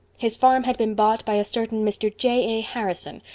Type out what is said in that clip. his farm had been bought by a certain mr. j. a. harrison,